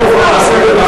צודק.